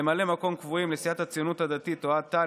ממלאי מקום קבועים, לסיעת הציונות הדתית: אוהד טל.